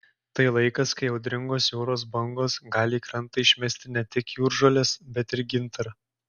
tai laikas kai audringos jūros bangos gali į krantą išmesti ne tik jūržoles bet ir gintarą